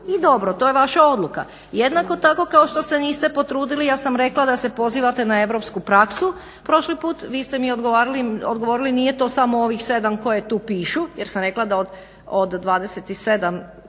i dobro, to je vaša odluka, jednako tako kao što se niste potrudili. Ja sam rekla da se pozivate na Europsku praksu prošli put, vi ste mi odgovorili nije to sad samo ovih sedam koje tu pišu. Jer sam rekla da od 27.